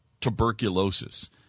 tuberculosis